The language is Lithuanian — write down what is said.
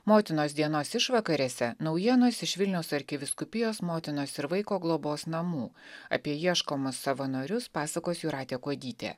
motinos dienos išvakarėse naujienos iš vilniaus arkivyskupijos motinos ir vaiko globos namų apie ieškomus savanorius pasakos jūratė kuodytė